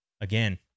Again